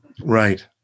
Right